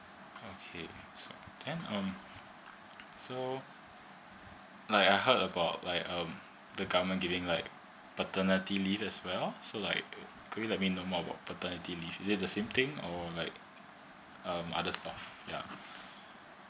okay so then um so like I heard about like um the government giving like paternity leave as well so like could you let me know more paternity leave is it the same thing or like um other stuff ya